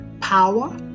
power